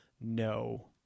No